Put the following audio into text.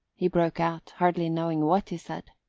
he broke out, hardly knowing what he said.